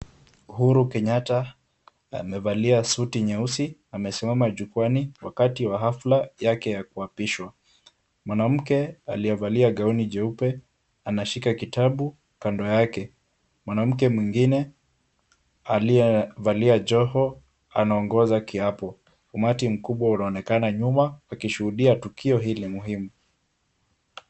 Uhuru Kenyatta, amevalia suti nyeusi, amesimama jukwaani wakati wa hafla yake ya kuapishwa. Mwanamke aliyevalia gauni jeupe anashika kitabu kando yake. Mwanamke mwingine aliyevalia joho anaongoza kiapo. Umati mkubwa unaonekana nyuma ukishuhudia tukio hili muhimu.